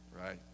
right